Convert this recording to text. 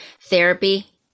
therapy